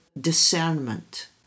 discernment